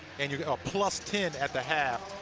and you're a plus ten at the half.